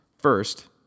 First